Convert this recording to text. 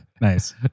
Nice